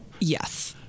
Yes